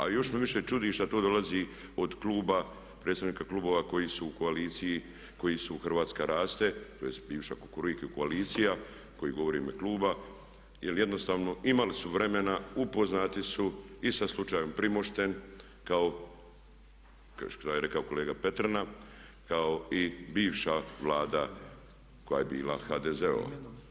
A još me više čudi šta to dolazi od kluba, predstavnika klubova koji su u koaliciji, koji su Hrvatska raste, tj. bivša kukuriku koalicija, koji govori u ime kluba jer jednostavno imali su vremena, upoznati su i sa slučajem Primošten kao što je rekao kolega Petrina kao i bivša Vlada koje je bila HDZ-ova.